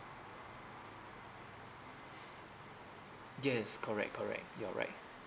yes correct correct you're right